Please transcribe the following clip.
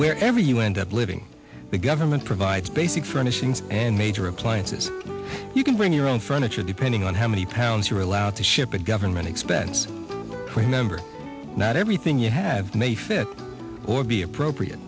wherever you end up living the government provides basic furnishings and major appliances you can bring your own furniture depending on how many pounds you are allowed to ship at government expense for a number not everything you have may fit or be appropriate